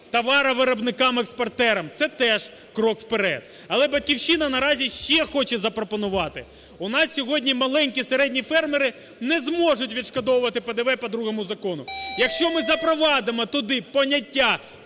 товаровиробникам-експортерам – це теж крок вперед. Але "Батьківщина" наразі ще хоче запропонувати. У нас сьогодні маленькі, середні фермери не зможуть відшкодовувати ПДВ по другому закону. Якщо ми запровадимо туди поняття